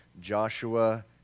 Joshua